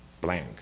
blank